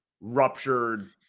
ruptured